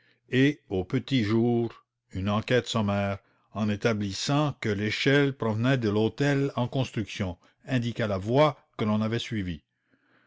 et au petit jour une enquête sommaire en établissant que l'échelle provenait de l'hôtel en construction indiqua la voie que l'on avait suivie